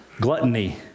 Gluttony